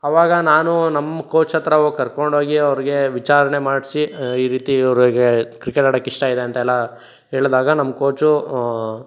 ಆವಾಗ ನಾನು ನಮ್ಮ ಕೋಚ್ ಹತ್ರ ಹೋಗ್ ಕರ್ಕೊಂಡೋಗಿ ಅವರಿಗೆ ವಿಚಾರಣೆ ಮಾಡಿಸಿ ಈ ರೀತಿ ಇವರಿಗೆ ಕ್ರಿಕೆಟ್ ಆಡಕ್ಕೆ ಇಷ್ಟ ಇದೆ ಅಂತ ಎಲ್ಲ ಹೇಳಿದಾಗ ನಮ್ಮ ಕೋಚು